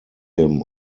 him